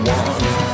one